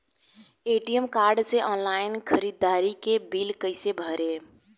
ATM card से online ख़रीदारी के बिल कईसे भरेम?